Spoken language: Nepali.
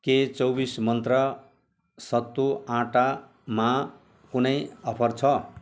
के चौबिस मन्त्रा सत्तु आटामा कुनै अफर छ